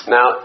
Now